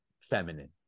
feminine